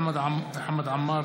חמד עמאר.